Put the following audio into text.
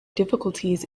difficulties